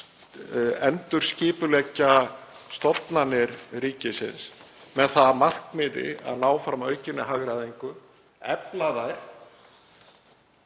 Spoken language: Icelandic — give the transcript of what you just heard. endurskipuleggja stofnanir ríkisins með það að markmiði að ná fram aukinni hagræðingu og efla